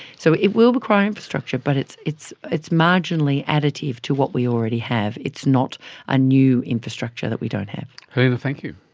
so it will require infrastructure but it's it's marginally additive to what we already have, it's not a new infrastructure that we don't have. helena, thank you.